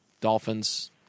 Dolphins